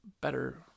better